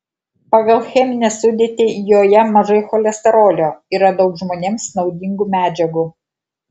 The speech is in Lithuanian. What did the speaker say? pagal cheminę sudėtį joje mažai cholesterolio yra daug žmonėms naudingų medžiagų